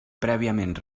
prèviament